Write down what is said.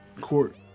court